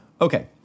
Okay